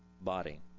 Body